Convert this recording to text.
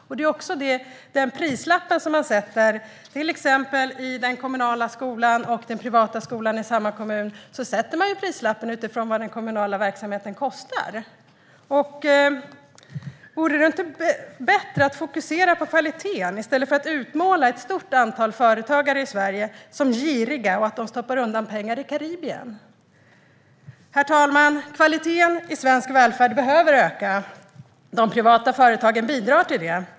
Man sätter prislappen, till exempel i den kommunala skolan och i den privata skolan i samma kommun, utifrån vad den kommunala verksamheten kostar. Vore det inte bättre att fokusera på kvaliteten i stället för att utmåla ett stort antal företagare i Sverige som giriga och säga att de stoppar undan pengar i Karibien? Herr talman! Kvaliteten i svensk välfärd behöver öka. De privata företagen bidrar till det.